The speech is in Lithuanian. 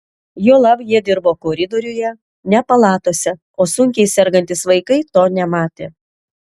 juolab jie dirbo koridoriuje ne palatose o sunkiai sergantys vaikai to nematė